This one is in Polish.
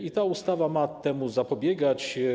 I ta ustawa ma temu zapobiegać.